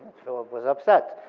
philip was upset.